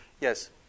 yes